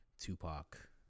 Tupac